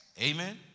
Amen